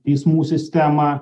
teismų sistemą